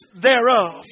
thereof